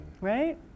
Right